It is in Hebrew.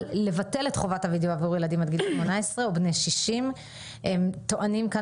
לבטל את חובת הווידאו עבור ילדים עד גיל 18 ובני 60. הם טוענים כאן